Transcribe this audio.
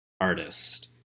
artist